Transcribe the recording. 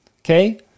Okay